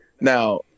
Now